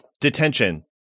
Detention